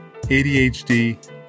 ADHD